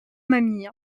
mamie